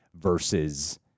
versus